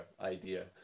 idea